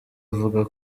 avuga